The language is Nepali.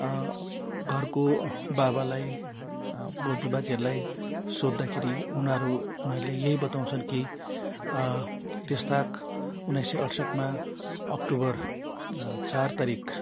घरको बाबालाई बोजू बाजेहरूलाई सोद्धाखेरि उनीहरू उनीहरूले यही बताउँछन् कि त्यस ताक उन्नाइस सय अठसट्ठमा अक्टोबर चार तारिख